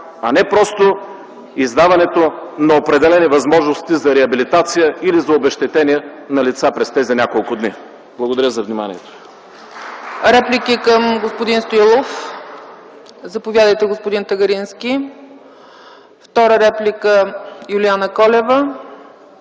а не просто издаването на определени възможности за реабилитация или за обезщетение на лица през тези няколко дни. Благодаря за вниманието.